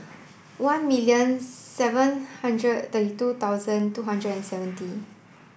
one million seven hundred they two thousand two hundred and seventy